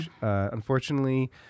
unfortunately